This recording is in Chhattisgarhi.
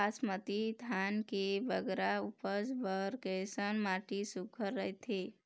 बासमती धान के बगरा उपज बर कैसन माटी सुघ्घर रथे?